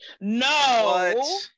No